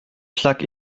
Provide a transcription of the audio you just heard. plug